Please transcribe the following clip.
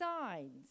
signs